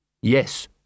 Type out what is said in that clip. Yes